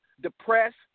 depressed